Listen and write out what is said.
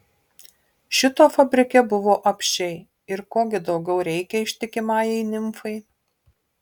šito fabrike buvo apsčiai ir ko gi daugiau reikia ištikimajai nimfai